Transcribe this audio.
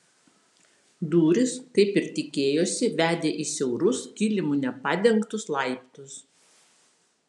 durys kaip ir tikėjosi vedė į siaurus kilimu nepadengtus laiptus